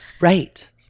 Right